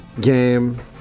game